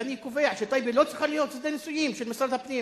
ואני קובע שטייבה לא צריכה להיות שדה ניסויים של משרד הפנים.